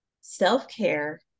Self-care